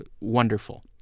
wonderful